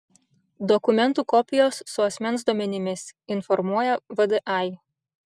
dokumentų kopijos su asmens duomenimis informuoja vdai